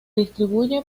distribuye